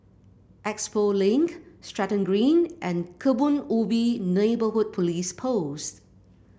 Expo Link Stratton Green and Kebun Ubi Neighbourhood Police Post